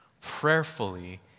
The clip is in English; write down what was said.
prayerfully